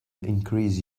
increase